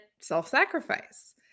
self-sacrifice